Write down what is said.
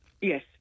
Yes